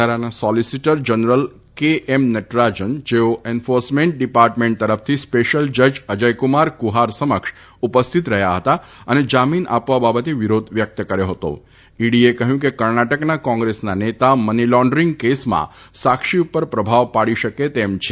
વધારાના solicitor general K M Nataraj જેઓ enforcement ડીપાર્ટમેન્ટતરફથી સ્પેશીયલ જજ અજયકુમાર કુહાર સમક્ષ ઉપહ્યિત રહ્યા હતા અને જામીન આપવાબાબતે વિરાધ્ર વ્યક્ત કર્યો હત ઈડીએકહ્યું કે કર્ણાટકના કોંગ્રેસ નેતા મની લાખ્ડરિંગ કેસમાં સાક્ષી ઉપર પ્રભાવપાડી શકે તેમ છે